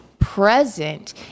present